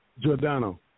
Giordano